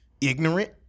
ignorant